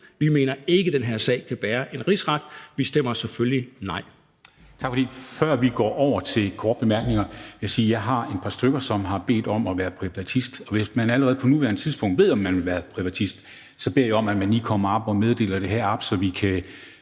Vi mener ikke, at den her sag kan bære en rigsret, og vi stemmer selvfølgelig nej.